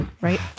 right